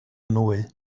nwy